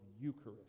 Eucharist